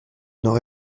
nord